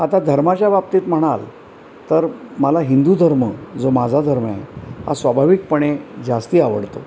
आता धर्माच्या बाबतीत म्हणाल तर मला हिंदू धर्म जो माझा धर्म आहे हा स्वाभाविकपणे जास्त आवडतो